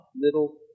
little